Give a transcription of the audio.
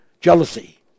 jealousy